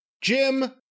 Jim